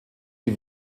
die